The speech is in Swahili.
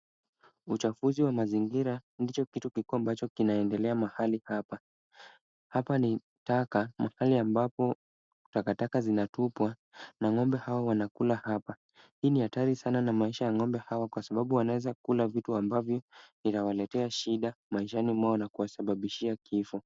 Uchafuzi wa mazingira ndicho kitu kikuU ambacho kinaendelea mahali hapa. Hapa ni taka mahali ambapo takataka zinatupwa na ng'ombe hawa wanakula hapa. Hii ni hatari sana na maisha ya ng'ombe hawa kwa sababu wanaweza kula vitu ambavyo inawaletea shida maishani mwao na kuwasababishia kifo.